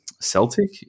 Celtic